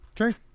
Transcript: Okay